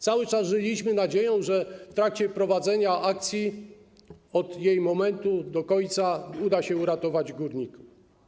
Cały czas żyliśmy nadzieją, w trakcie prowadzenia akcji, od jej momentu do końca, że uda się uratować górników.